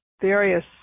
various